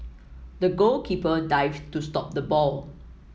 the goalkeeper dived to stop the ball